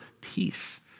peace